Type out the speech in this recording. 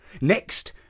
Next